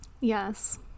yes